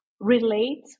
relate